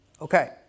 Okay